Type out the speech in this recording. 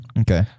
Okay